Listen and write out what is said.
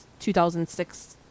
2006